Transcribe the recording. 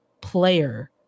player